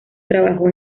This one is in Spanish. trabajó